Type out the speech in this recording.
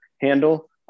handle